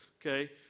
Okay